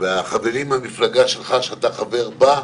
וחברים מהמפלגה שאתה חבר בה,